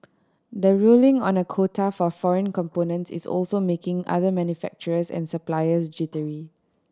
the ruling on a quota for foreign components is also making other manufacturers and suppliers jittery